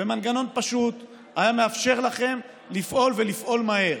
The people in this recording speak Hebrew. במנגנון פשוט, זה היה מאפשר לכם לפעול ולפעול מהר.